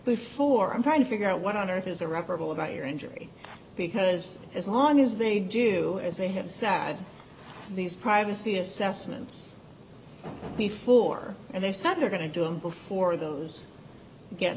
before i'm trying to figure out what on earth is irreparable about your injury because as long as they do as they have sad these privacy assessments before they said they're going to do it before those get